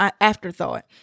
afterthought